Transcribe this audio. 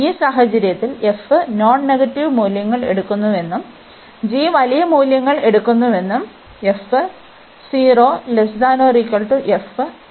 ഈ സാഹചര്യത്തിൽ f non negative മൂല്യങ്ങൾ എടുക്കുന്നുവെന്നും g വലിയ മൂല്യങ്ങൾ എടുക്കുന്നുവെന്നും f 0≤f≤g കിട്ടുന്നു